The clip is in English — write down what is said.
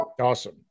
Awesome